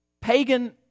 pagan